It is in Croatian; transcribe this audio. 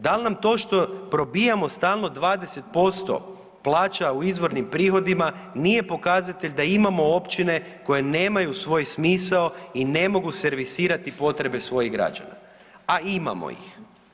Dal nam to što probijamo stalno 20% plaća u izvornim prihodima nije pokazatelj da imamo općine koje nemaju svoj smisao i ne mogu servisirati potrebe svojih građana, a imamo ih?